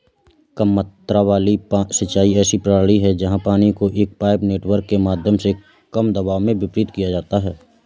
कम मात्रा वाली सिंचाई ऐसी प्रणाली है जहाँ पानी को एक पाइप नेटवर्क के माध्यम से कम दबाव में वितरित किया जाता है